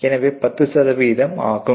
எனவே 10 சதவீதம் ஆகும்